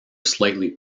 slightly